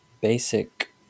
basic